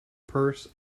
purse